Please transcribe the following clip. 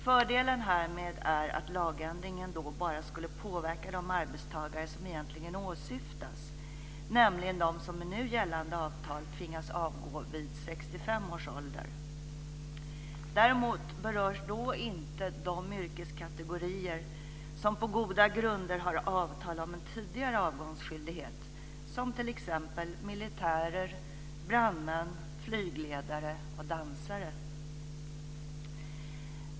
Fördelen härmed är att lagändringen då bara skulle påverka de arbetstagare som egentligen åsyftas, nämligen dem som med nu gällande avtal tvingas avgå vid 65 års ålder. Däremot berörs då inte de yrkeskategorier som på goda grunder har avtal om en tidigare avgångsskyldighet, som t.ex. militärer, brandmän, flygledare och dansare.